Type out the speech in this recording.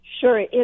Sure